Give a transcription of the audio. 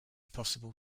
possible